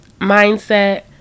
mindset